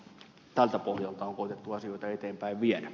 tältä pohjalta on koetettu asioita eteenpäin viedä